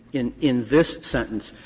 in in this sentence,